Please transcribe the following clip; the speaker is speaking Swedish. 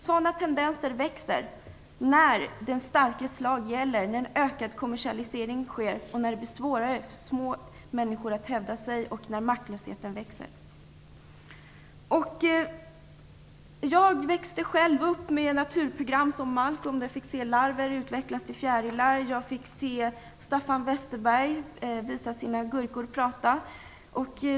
Sådana tendenser växer när den starkes lag gäller, när en ökad kommersialisering sker och när det blir svårare för små människor att hävda sig och maktlösheten växer. Jag växte själv upp med naturprogram som Malmcolm, där jag fick se larver utvecklas till fjärilar, och jag fick se Staffan Westerbergs gurkor prata.